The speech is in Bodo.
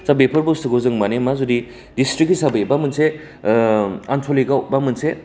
दा बेफोर बुस्थुखौ जों माने मा जुदि डिसट्रिक हिसाबै बा मोनसे आनसलिगाव बा मोनसे